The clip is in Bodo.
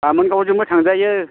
बामोनगावजोंबो थांजायो